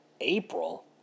April